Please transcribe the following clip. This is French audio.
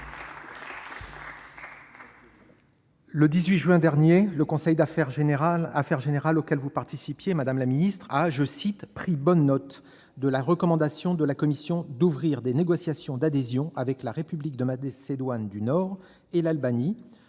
Le 18 juin dernier, le conseil des affaires générales, à la réunion duquel vous participiez, madame la secrétaire d'État, a « pris bonne note de la recommandation de la Commission d'ouvrir des négociations d'adhésion avec la République de Macédoine du Nord et l'Albanie,